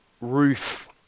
roof